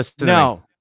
no